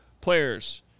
players